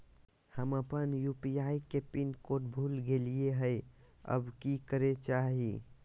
हम अपन यू.पी.आई के पिन कोड भूल गेलिये हई, अब की करे के चाही?